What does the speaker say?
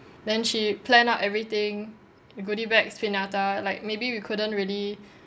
then she plan out everything goodie bags pinata like maybe we couldn't really